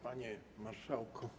Panie Marszałku!